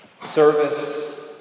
Service